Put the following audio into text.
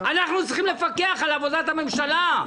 אנחנו צריכים לפקח על עבודת הממשלה,